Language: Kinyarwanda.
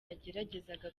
yageragezaga